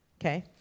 okay